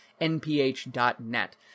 nph.net